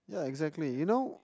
ya exactly you know